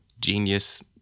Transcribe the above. genius